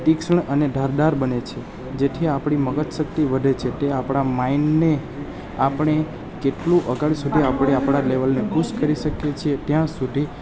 તીક્ષ્ણ અને ધારદાર બને છે જેથી આપણી મગજ શક્તિ વધે છે તે આપણા માઇન્ડને આપણે કેટલું આગળ સુધી આપણે આપણા લેવલને પુસ કરી શકીએ છીએ ત્યાં સુધી